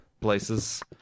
places